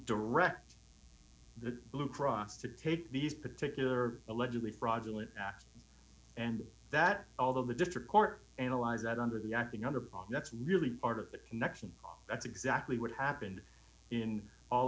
direct the blue cross to take these particular allegedly fraudulent act and that although the district court analyzed that under the acting under that's really part of the connection that's exactly what happened in all